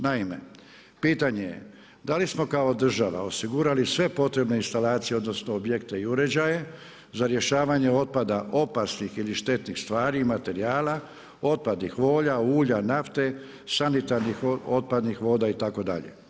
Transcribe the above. Naime, pitanje je da li smo kao država osigurali sve potrebne instalacije, odnosno objekte i uređaje za rješavanje otpada opasnih ili štetnih stvari i materijala, otpadnih voda, ulja, nafte, sanitarnih otpadnih voda itd.